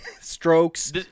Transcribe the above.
strokes